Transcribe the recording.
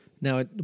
Now